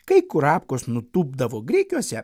kai kurapkos nutūpdavo grikiuose